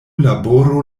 laboro